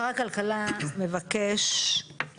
לבקשתו של שר הכלכלה שאני שוחחתי איתו.